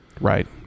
right